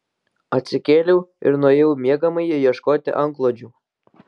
atsikėliau ir nuėjau į miegamąjį ieškoti antklodžių